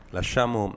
Lasciamo